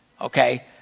Okay